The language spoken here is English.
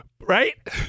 Right